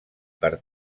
per